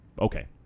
Okay